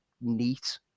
neat